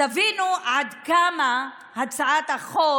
תבינו עד כמה הצעת החוק